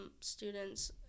students